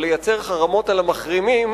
או לייצר חרמות על המחרימים,